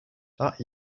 that